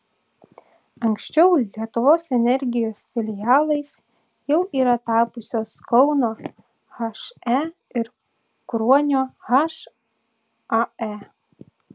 anksčiau lietuvos energijos filialais jau yra tapusios kauno he ir kruonio hae